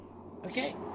Okay